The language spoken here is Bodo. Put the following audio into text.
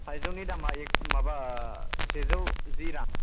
थाइजौनि दामआ एक्स' माबा सेजौ जि रां